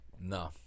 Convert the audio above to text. No